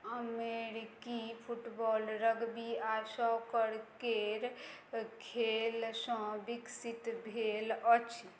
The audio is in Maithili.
अमेरिकी फुटबॉल रग्बी आ सॉकर केर खेलसँ बिकसित भेल अछि